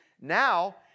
now